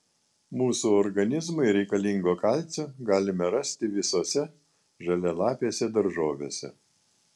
mūsų organizmui reikalingo kalcio galime rasti visose žalialapėse daržovėse